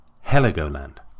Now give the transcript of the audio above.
Heligoland